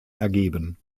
ergeben